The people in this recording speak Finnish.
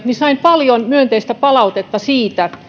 sain paljon myönteistä palautetta siitä